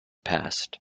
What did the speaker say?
passed